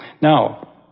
Now